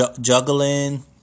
juggling